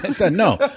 No